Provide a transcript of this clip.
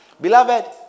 beloved